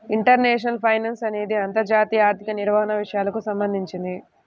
international finance అనేది అంతర్జాతీయ ఆర్థిక నిర్వహణ విషయాలకు సంబంధించింది